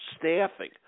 staffing